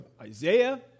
Isaiah